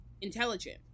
intelligent